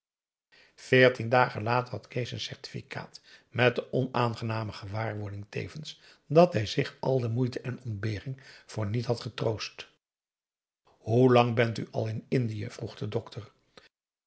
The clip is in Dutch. veertien dagen later had kees zijn certificaat met de onaangename gewaarwording tevens dat hij zich al de moeite en ontbering voor niet had getroost hoe lang bent u al in indië vroeg de dokter